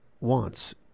wants